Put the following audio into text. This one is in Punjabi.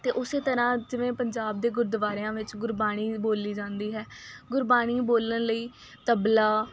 ਅਤੇ ਉਸ ਤਰ੍ਹਾਂ ਜਿਵੇਂ ਪੰਜਾਬ ਦੇ ਗੁਰਦੁਆਰਿਆਂ ਵਿੱਚ ਗੁਰਬਾਣੀ ਬੋਲੀ ਜਾਂਦੀ ਹੈ ਗੁਰਬਾਣੀ ਬੋਲਣ ਲਈ ਤਬਲਾ